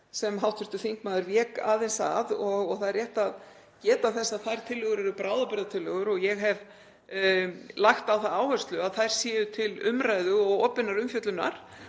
sem hv. þingmaður vék aðeins að. Það er rétt að geta þess að þær tillögur eru bráðabirgðatillögur og ég hef lagt á það áherslu að þær séu til umræðu og opinnar umfjöllunar